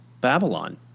Babylon